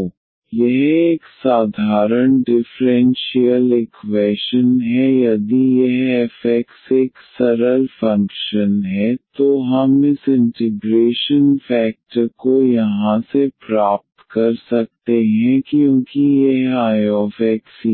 तो यह एक साधारण डिफ़्रेंशियल इक्वैशन है यदि यह f x एक सरल फंक्शन है तो हम इस इंटिग्रेशन फेकटर को यहां से प्राप्त कर सकते हैं क्योंकि यह